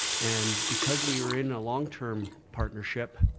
and because we were in a long-term partnership,